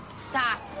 stop.